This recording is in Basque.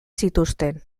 zituzten